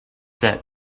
set